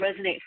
resonate